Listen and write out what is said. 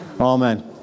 Amen